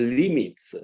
limits